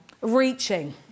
reaching